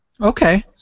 Okay